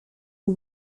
who